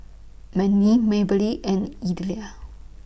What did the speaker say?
Mandy Maybelle and Elida